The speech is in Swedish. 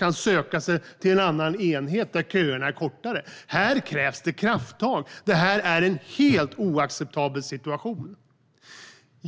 att söka sig till en annan enhet där köerna är kortare. Här krävs krafttag. Detta är en helt oacceptabel situation.